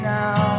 now